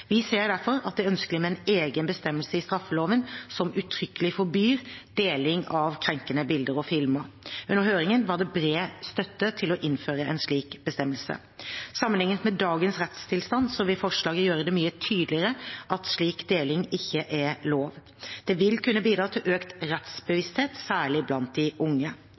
Vi ser derfor at det er ønskelig med en egen bestemmelse i straffeloven som uttrykkelig forbyr deling av krenkende bilder og filmer. Under høringen var det bred støtte til å innføre en slik bestemmelse. Sammenlignet med dagens rettstilstand vil forslaget gjøre det mye tydeligere at slik deling ikke er lov. Dette vil kunne bidra til økt rettsbevissthet, særlig blant unge.